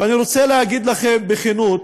ואני רוצה להגיד לכם בכנות,